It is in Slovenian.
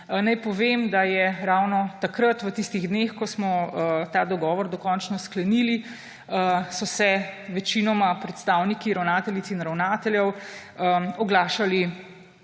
Naj povem, da so se ravno takrat v tistih dneh, ko smo ta dogovor dokončno sklenili, večinoma predstavniki ravnateljic in ravnateljev oglašali